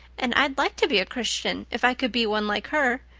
and i'd like to be a christian if i could be one like her.